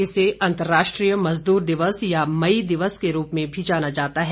इसे अंतर्राष्ट्रीय मजदूर दिवस या मई दिवस के रूप में भी जाना जाता है